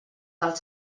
del